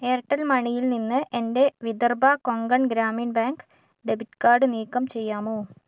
Airtel മണിയിൽ നിന്ന് എൻ്റെ വിദർഭ കൊങ്കൺ ഗ്രാമീൺബാങ്ക് ഡെബിറ്റ് കാർഡ് നീക്കം ചെയ്യാമോ